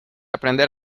aprender